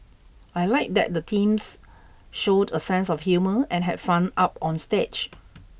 I like that the teams showed a sense of humour and had fun up on stage